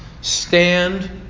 stand